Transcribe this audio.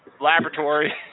laboratory